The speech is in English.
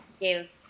give